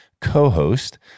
co-host